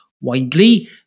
widely